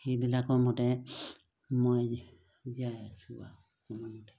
সেইবিলাকৰ মতে মই জীয়াই আছোঁ আৰু কোনোমতে